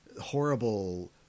horrible